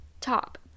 top